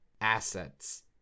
assets